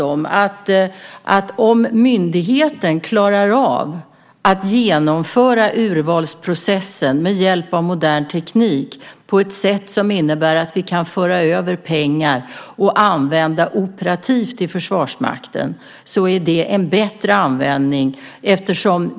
Om myndigheten klarar av att genomföra urvalsprocessen med hjälp av modern teknik på ett sätt som innebär att vi kan föra över pengar att använda operativt i Försvarsmakten är det en bättre användning.